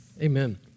Amen